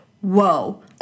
Whoa